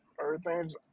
Everything's